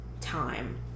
time